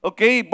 Okay